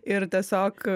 ir tiesiog